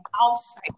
outside